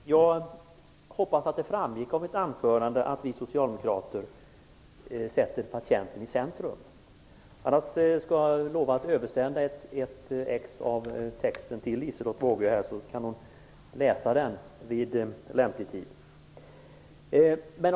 Herr talman! Jag hoppas att det framgått av mitt anförande att vi socialdemokrater sätter patienten i centrum. Om inte lovar jag att översända ett exemplar av texten till Liselotte Wågå, så att hon kan läsa den vid lämplig tidpunkt.